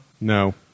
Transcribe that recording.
No